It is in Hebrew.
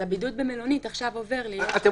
אז הבידוד במלונית עכשיו עובר --- אתם